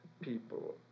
people